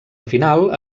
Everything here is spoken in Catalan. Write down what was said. final